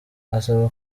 asaba